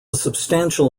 substantial